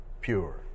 pure